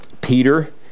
Peter